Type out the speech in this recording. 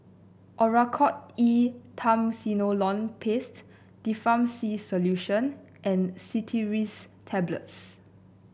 Oracort E Triamcinolone Paste Difflam C Solution and Cetirizine Tablets